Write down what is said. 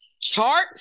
Chart